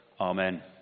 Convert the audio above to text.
Amen